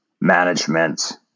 management